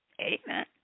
Amen